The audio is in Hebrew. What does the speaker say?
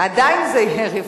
עדיין זה יהיה רווחי.